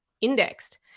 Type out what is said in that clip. indexed